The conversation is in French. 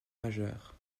majeures